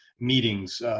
meetings